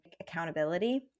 accountability